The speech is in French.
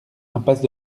impasse